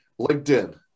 LinkedIn